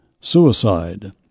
suicide